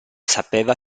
sapeva